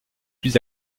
plus